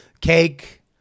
Cake